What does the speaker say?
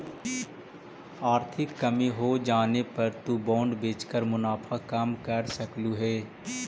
आर्थिक कमी होजाने पर तु बॉन्ड बेचकर मुनाफा कम कर सकलु हे